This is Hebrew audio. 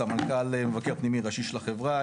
סמנכ"ל מבקר פנימי ראשי של החברה.